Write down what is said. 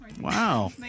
Wow